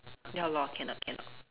ya lor cannot cannot